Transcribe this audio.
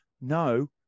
no